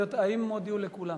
האם הודיעו לכולם?